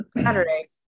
Saturday